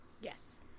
Yes